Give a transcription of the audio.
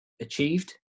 achieved